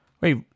Wait